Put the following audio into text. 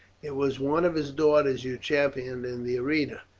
it was one of his daughters you championed in the arena.